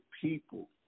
people